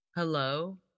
Hello